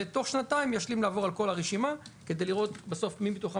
ותוך שנתיים ישלים לעבור על כל הרשימה כדי לראות בסוף מי מתוכם